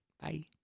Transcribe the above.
Bye